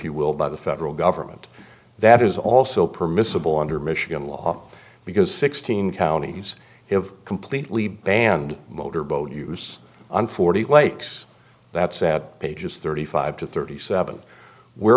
you will by the federal government that is also permissible under michigan law because sixteen counties have completely banned motor boat use on forty lakes that's at pages thirty five to thirty seven where